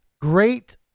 great